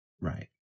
right